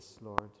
lord